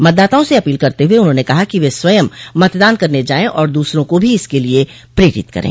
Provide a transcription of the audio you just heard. मतदाताओं से अपील करते हुए उन्होंने कहा कि वे स्वयं मतदान करने जायें और दूसरों को भी इसके लिये प्रेरित करें